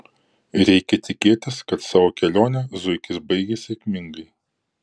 reikia tikėtis kad savo kelionę zuikis baigė sėkmingai